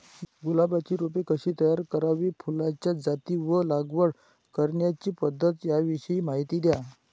गुलाबाची रोपे कशी तयार करावी? फुलाच्या जाती व लागवड करण्याची पद्धत याविषयी माहिती द्या